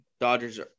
Dodgers